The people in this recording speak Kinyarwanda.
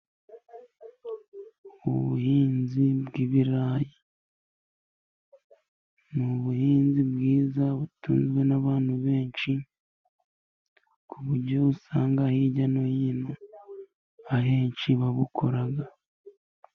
Ubuhinzi bw'ibirayi ni ubuhinzi bwiza butunzwe n'abantu benshi, ku buryo usanga hirya no hino ahenshi babukora.